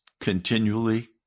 continually